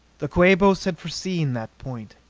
the quabos had foreseen that point.